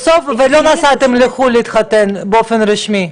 בסוף לא נסעתם לחו"ל להתחתן באופן רשמי?